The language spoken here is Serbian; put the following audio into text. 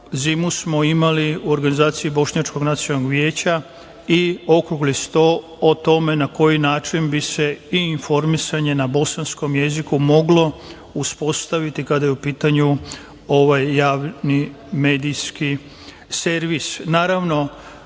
zimus smo imali u organizaciji Bošnjačkog nacionalnog veća i okrugli sto o tome na koji način bi se informisanje na bosanskom jeziku moglo uspostaviti kada je u pitanju ovaj Javni medijski servis. Naravno